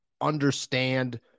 understand